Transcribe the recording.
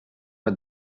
but